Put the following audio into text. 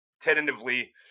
tentatively